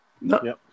No